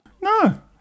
No